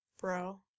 bro